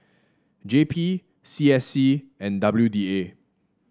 J P C S C and W D A